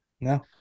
No